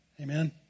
Amen